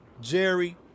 Jerry